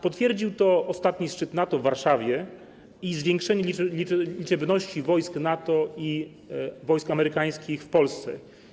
Potwierdził to ostatni szczyt NATO w Warszawie i zwiększenie liczebności wojsk NATO i wojsk amerykańskich w Polsce.